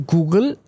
Google